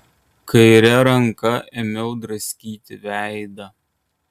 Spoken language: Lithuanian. kaire ranka ėmiau draskyti veidą